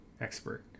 expert